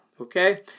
okay